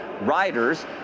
riders